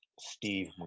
Steve